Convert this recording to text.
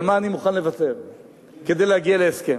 על מה אני מוכן לוותר כדי להגיע להסכם.